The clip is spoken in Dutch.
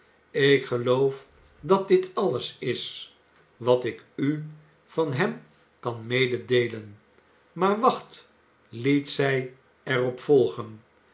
ik geloof dat dit alles is wat ik u van hem kan mededeelen maar wacht liet zij er op volgen